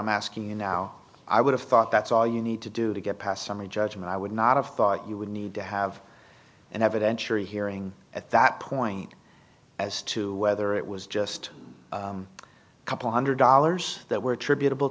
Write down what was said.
i'm asking you now i would have thought that's all you need to do to get past summary judgment i would not have thought you would need to have an evidentiary hearing at that point as to whether it was just a couple one hundred dollars that were attributable